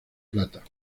plata